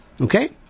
Okay